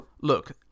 Look